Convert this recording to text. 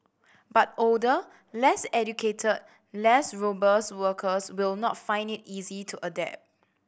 but older less educated less robust workers will not find it easy to adapt